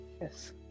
Yes